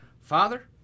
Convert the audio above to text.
Father